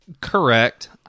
Correct